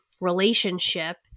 relationship